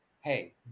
hey